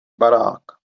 barák